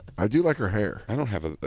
i do like her hair. i don't have a